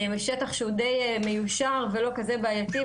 בשטח שהוא די מיושר ולא כזה בעייתי,